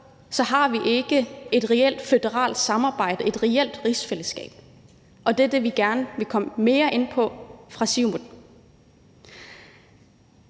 har vi ikke et reelt føderalt samarbejde, et reelt rigsfællesskab, og det er det, vi gerne vil komme mere ind på fra Siumuts